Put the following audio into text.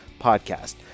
podcast